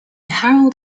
harald